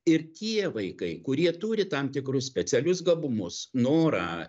ir tie vaikai kurie turi tam tikrus specialius gabumus norą